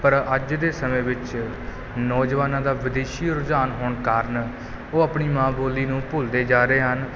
ਪਰ ਅੱਜ ਦੇ ਸਮੇਂ ਵਿੱਚ ਨੌਜਵਾਨਾਂ ਦਾ ਵਿਦੇਸ਼ੀ ਰੁਝਾਨ ਹੋਣ ਕਾਰਨ ਉਹ ਆਪਣੀ ਮਾਂ ਬੋਲੀ ਨੂੰ ਭੁੱਲਦੇ ਜਾ ਰਹੇ ਹਨ